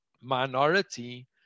minority